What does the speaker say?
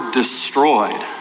destroyed